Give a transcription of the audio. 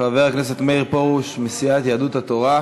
חבר הכנסת מאיר פרוש מסיעת יהדות התורה,